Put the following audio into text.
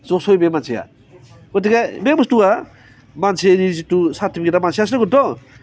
जसयो बे मानसिया गथिखे बे बुस्थुआ मानसिनि जिथु सार्टिफिकेट होगोनथ'